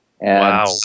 Wow